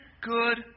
good